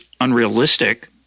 unrealistic